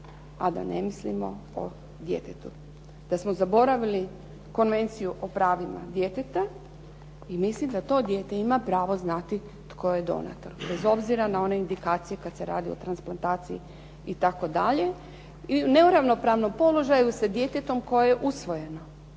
a da ne mislimo o djetetu, da smo zaboravili Konvenciju o pravima djeteta i mislim da to dijete ima pravo znati tko je donator bez obzira na one indikacije kad se radi o transplataciji itd. I u neravnopravnom položaju sa djetetom koje je usvojeno.